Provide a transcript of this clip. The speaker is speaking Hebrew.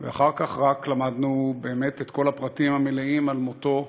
ואחר כך רק למדנו באמת את כל הפרטים המלאים על מותו.